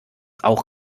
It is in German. auch